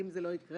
אם זה לא יקרה?,